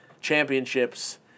championships